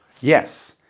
yes